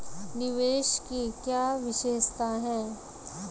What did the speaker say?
निवेश की क्या विशेषता है?